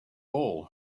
all